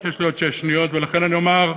יש לי עוד שש שניות, ולכן אני אומר,